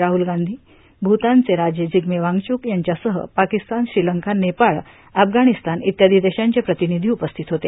राहुल गांधी भूतानचे राजे जिग्मे वांगचूक यांच्यासह पाकिस्तान श्रीलंका नेपाळ अफगाणिस्तान इत्यादी देशांचे प्रतिनिधी उपस्थित होते